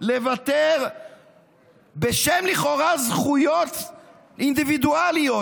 לוותר בשם זכויות אינדיבידואליות,